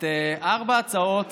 את ארבע הצעות